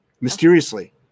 Mysteriously